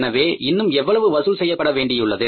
எனவே இன்னும் எவ்வளவு வசூல் செய்யப்பட வேண்டியுள்ளது